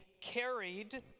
carried